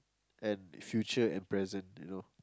and future and present you know